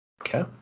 Okay